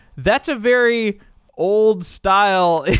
that's a very old style.